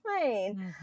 plane